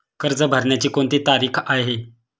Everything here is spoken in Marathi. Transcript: कर्ज भरण्याची कोणती तारीख आहे?